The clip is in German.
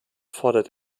fordert